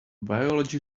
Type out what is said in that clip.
biology